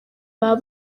baba